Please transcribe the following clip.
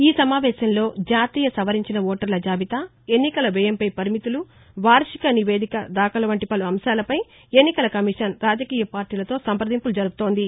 ఈసమావేశానికి జాతీయ సవరించిన ఓటర్ల జాబితా ఎన్నికల వ్యయంపై పరిమితులు వార్షిక నివేదికల దాఖలు వంటి పలు అంశాలపై ఎన్నికల కమిషన్ రాజకీయ పార్టీలతో సంప్రదింపులు జరుపుతోంది